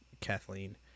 kathleen